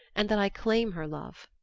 and that i claim her love.